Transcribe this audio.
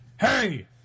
Hey